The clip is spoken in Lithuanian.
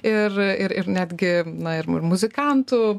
ir ir netgi na ir muzikantų